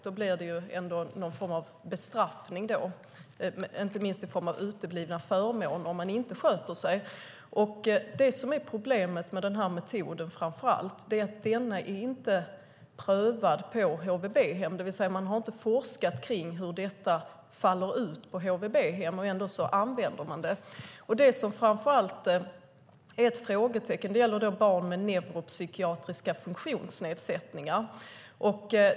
Då blir det någon form av bestraffning, inte minst i form av uteblivna förmåner, om man inte sköter sig. Det som framför allt är problemet med den metoden är att metoden inte är prövad på HVB-hem, det vill säga man har inte forskat kring hur detta faller ut på HVB-hem, men ändå använder man det. Det som särskilt är ett frågetecken gäller barn med neuropsykiatriska funktionsnedsättningar.